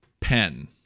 pen